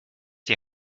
die